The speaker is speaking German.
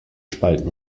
spalten